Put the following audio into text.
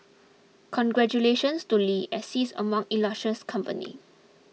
congratulations to Lee as sees among illustrious company